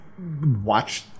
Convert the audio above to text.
Watch